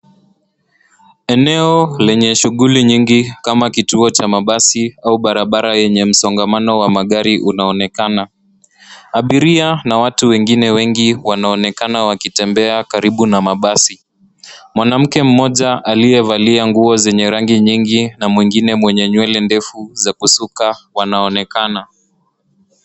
Eneo lenye shughuli nyingi kama kituo cha mabasi au barabara yenye msongamano wa magari unaonekana. Abiria na watu wengine wengi wanaonekana wakitembea karibu na mabasi. Mwanamke mmoja, aliyevalia nguo zenye rangi nyingi na mwingine mwenye nywele ndefu za kusuka wanaonekana.